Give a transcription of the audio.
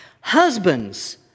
Husbands